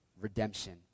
redemption